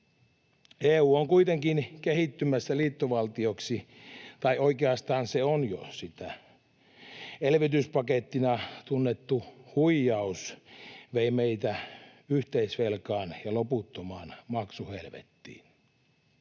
EU on kuitenkin kehittymässä liittovaltioksi, tai oikeastaan se on jo sitä. Elvytyspakettina tunnettu huijaus vei meitä yhteisvelkaan ja loputtomaan maksuhelvettiin.